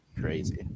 crazy